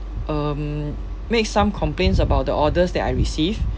um make some complaints about the orders that I received